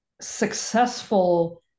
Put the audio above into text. successful